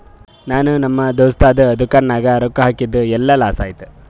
ನಾ ನಮ್ ದೋಸ್ತದು ದುಕಾನ್ ನಾಗ್ ರೊಕ್ಕಾ ಹಾಕಿದ್ ಎಲ್ಲಾ ಲಾಸ್ ಆಯ್ತು